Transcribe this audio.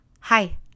Hi